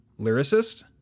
lyricist